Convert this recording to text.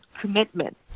commitment